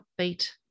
upbeat